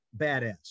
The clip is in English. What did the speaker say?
badass